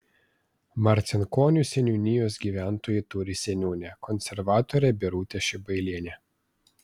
marcinkonių seniūnijos gyventojai turi seniūnę konservatorę birutę šibailienę